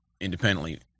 independently